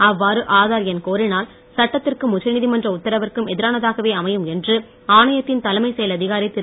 அவ்வாறு கோரினால் சட்டத்திற்கும் உச்சநீதிமன்ற உத்தரவிற்கும் எதிரானதாகவே அமையும் என்று ஆணையத்தின் தலைமை செயல் அதிகாரி திரு